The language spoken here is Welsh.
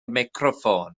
meicroffon